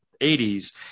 80s